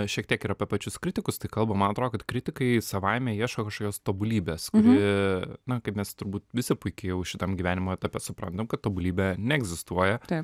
šiek tiek ir apie pačius kritikus tai kalba man atrodo kad kritikai savaime ieško kažkokios tobulybės kuri na kaip mes turbūt visi puikiai jau šitam gyvenimo etape suprantam kad tobulybė neegzistuoja